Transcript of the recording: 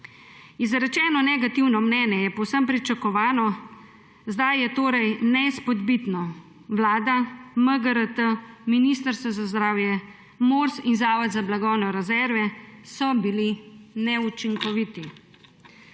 Izrečeno negativno mnenje je povsem pričakovano. Zdaj je torej neizpodbitno: Vlada, MGRT, Ministrstvo za zdravje, Mors in Zavod za blagovne rezerve so bili neučinkoviti.